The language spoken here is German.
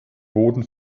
boden